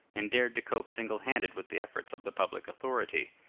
and dared to cope single-handed with the efforts of the public authority.